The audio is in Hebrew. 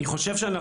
אני חושב,